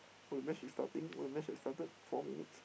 oh the match is starting oh the match has started four minutes